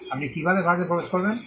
আপনি কীভাবে ভারতে প্রবেশ করবেন